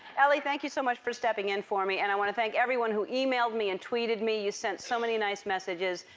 elly, thank you so much for stepping in for me. and i want to thank everyone who emailed me and tweeted me. you sent so many nice messages.